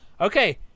Okay